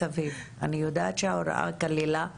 בדיוק כמו שזה קורה בגני ילדים.